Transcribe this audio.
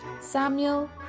Samuel